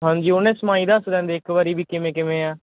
ਹਾਂਜੀ ਉਹਨੇ ਸਮਾਈ ਦੱਸ ਦਿੰਦੇ ਇੱਕ ਵਾਰੀ ਵੀ ਕਿਵੇਂ ਕਿਵੇਂ ਆ